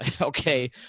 okay